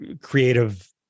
creative